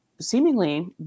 seemingly